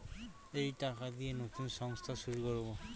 এই টাকা দিয়ে নতুন সংস্থা শুরু করবো